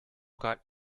got